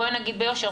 בואי נגיד ביושר,